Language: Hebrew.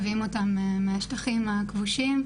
מביאים אותם מהשטחים הכבושים,